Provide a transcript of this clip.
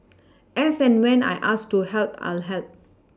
as and when I'm asked to help I'll help